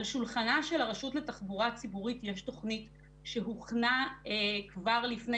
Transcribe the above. על שולחנה של הרשות לתחבורה ציבורית יש תכנית שהוכנה כבר לפני